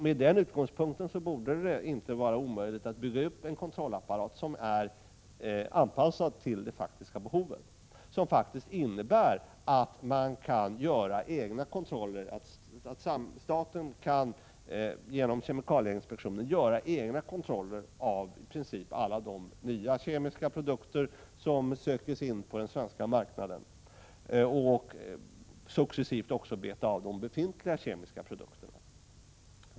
Med den utgångspunkten borde det inte vara omöjligt att bygga upp en kontrollapparat som är anpassad till det faktiska behovet, vilket innebär att staten genom kemikalieinspektionen kan göra egna kontroller av i princip alla de nya kemiska produkter som söker sig in på den svenska marknaden. Successivt kan man också beta av de befintliga kemiska produkterna.